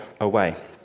away